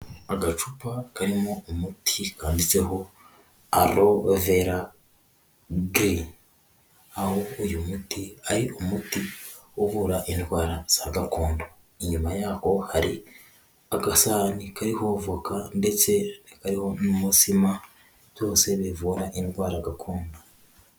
Agacupa karimo umuti kanditseho Aloe Vera Gerry, aho uyu muti, ari umuti uvura indwara za gakondo. Inyuma yaho hari agasahani kariho voka ndetse kariho n'umutsima byose bivura indwara gakondo.